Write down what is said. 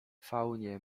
faunie